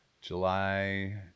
July